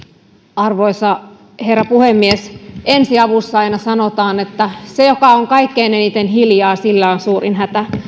arvoisa herra puhemies ensiavussa aina sanotaan että sillä joka on kaikkein eniten hiljaa on suurin hätä